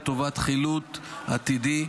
לטובת חילוט עתידי.